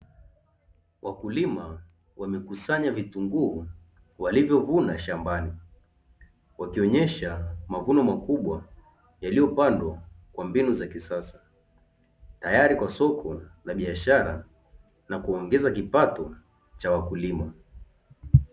Wakulima wamekusanya vitunguu walivyovuna shambani, wakionyesha mavuno makubwa yaliyopandwa kwa mbinu za kisasa, tayari kwa soko la biashara na kuongeza kipato cha wakulima.